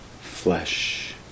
flesh